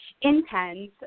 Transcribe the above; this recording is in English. intense